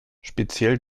speziell